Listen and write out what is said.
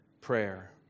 prayer